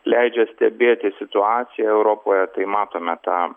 leidžia stebėti situaciją europoje tai matome tą